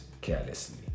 carelessly